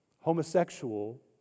homosexual